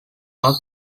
are